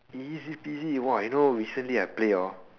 easy peasy !wah! you know recently I play hor